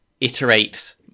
iterate